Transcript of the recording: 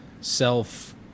self